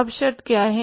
अब शर्त क्या है